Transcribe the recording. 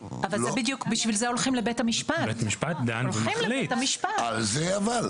שלא מספיק להתבסס על התוכנית הכוללת.